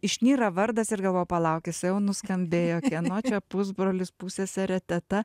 išnyra vardas ir galvoji palauk jisai jau nuskambėjo kai anot jo pusbrolis pusseserė teta